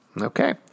Okay